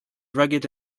rugged